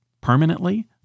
permanently